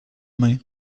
main